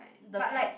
but like